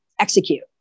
execute